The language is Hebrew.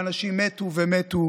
ואנשים מתו ומתו,